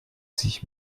sich